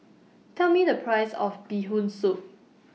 Tell Me The Price of Bee Hoon Soup